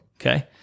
Okay